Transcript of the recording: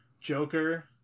Joker